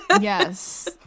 yes